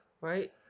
Right